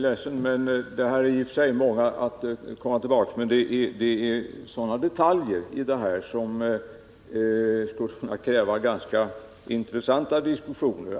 Herr talman! Jag är ledsen att jag måste komma tillbaka, men det rör sig om detaljer som skulle kunna kräva ganska intressanta diskussioner.